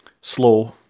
slow